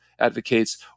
Advocates